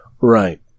Right